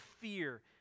fear